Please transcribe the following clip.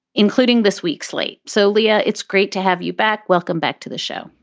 including this week's late solia. it's great to have you back. welcome back to the show.